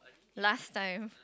last time